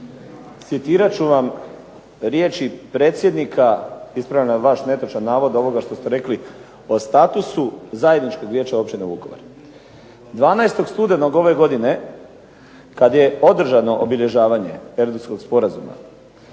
Citirat ću vam riječi predsjednika, ispravljam vaš netočan navod ovog što ste rekli o statusu zajedničkog vijeća Općine Vukovar. 12. studenog ove godine kada je održano obilježavanje Erdutskog sporazuma,